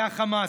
זה חמאס,